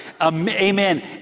Amen